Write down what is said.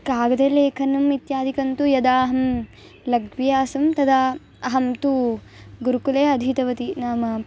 कागदे लेखनम् इत्यादिकं तु यदाहं लघ्वी आसं तदा अहं तु गुरुकुले अधीतवती नाम